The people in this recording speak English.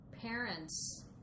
parents